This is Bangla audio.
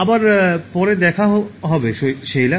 আবার পরে দেখা হবে শেইলা